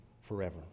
forever